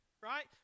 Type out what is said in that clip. right